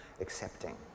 accepting